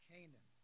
Canaan